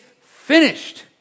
finished